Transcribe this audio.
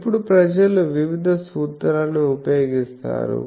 ఇప్పుడు ప్రజలు వివిధ సూత్రాలని ఉపయోగిస్తారు